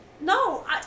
No